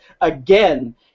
again